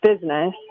business